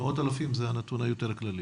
מאות אלפים זה הנתון היותר כללי.